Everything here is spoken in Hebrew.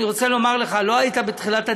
אני רוצה לומר לך: לא היית בתחילת הדיונים,